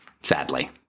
sadly